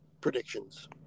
predictions